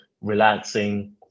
relaxing